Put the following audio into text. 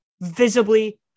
visibly